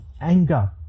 anger